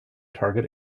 target